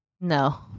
No